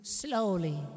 slowly